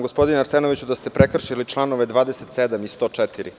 Gospodine Arsenoviću, smatram da ste prekršili čl. 27. i 104.